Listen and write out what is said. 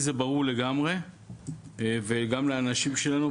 לי זה ברור לגמרי וגם לאנשים שלנו,